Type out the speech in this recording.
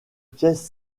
pièces